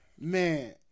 Man